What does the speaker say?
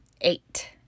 eight